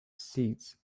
seeds